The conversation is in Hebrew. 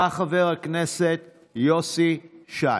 בא חבר הכנסת יוסי שַיין.